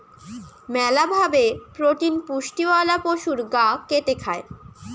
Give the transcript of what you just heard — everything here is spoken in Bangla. মেলা ভাবে প্রোটিন পুষ্টিওয়ালা পশুর গা কেটে খায়